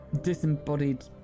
disembodied